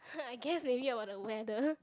I guess maybe about the weather